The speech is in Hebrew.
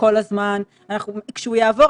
באיזה קבוצות,